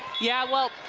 yeah, well,